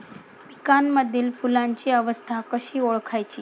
पिकांमधील फुलांची अवस्था कशी ओळखायची?